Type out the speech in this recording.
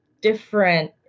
different